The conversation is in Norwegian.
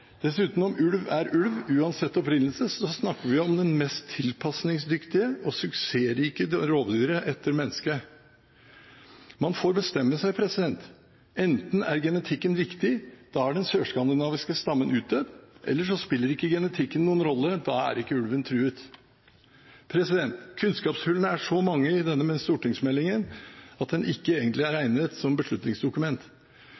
Dessuten, om ulv er ulv uansett opprinnelse, snakker vi om det mest tilpasningsdyktige og suksessrike rovdyret etter mennesket. Man får bestemme seg – enten er genetikken viktig, og da er den sørskandinaviske stammen utdødd, eller så spiller ikke genetikken noen rolle, og da er ikke ulven truet. Kunnskapshullene er så mange i denne stortingsmeldingen at den ikke egentlig er